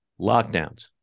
lockdowns